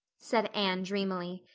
said anne dreamily.